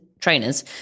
trainers